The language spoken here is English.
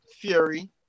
Fury